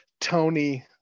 Tony